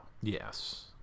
Yes